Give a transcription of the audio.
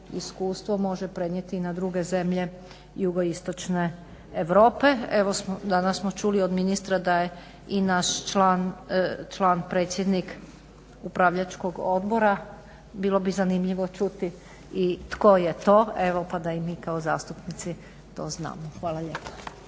iskustvo može prenijeti na druge zemlje JI Europe. Evo danas smo čuli od ministra da je i naš član predsjednik upravljačkog odbora, bilo bi zanimljivo čuti i tko je to pa da i mi kao zastupnici to znamo. Hvala lijepa.